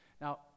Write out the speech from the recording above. Now